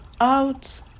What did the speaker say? out